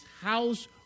house